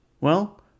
Well